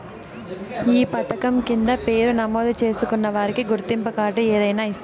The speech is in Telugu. ఈ పథకం కింద పేరు నమోదు చేసుకున్న వారికి గుర్తింపు కార్డు ఏదైనా ఇస్తారా?